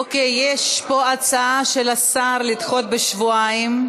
אוקיי, יש פה הצעה של השר לדחות בשבועיים.